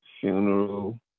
funeral